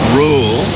rule